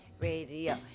Radio